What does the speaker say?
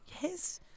Yes